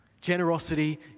Generosity